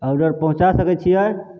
order पहुँचा सकै छिए